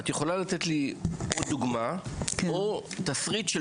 את יכולה לתת לי עוד דוגמה או תסריט של